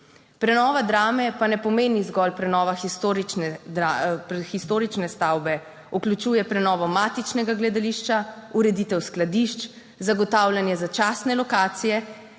Prenova Drame pa ne pomeni zgolj prenovah historične stavbe, vključuje prenovo matičnega gledališča, ureditev skladišč, zagotavljanje začasne lokacije